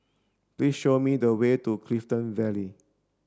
please show me the way to Clifton Vale